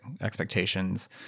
expectations